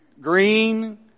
Green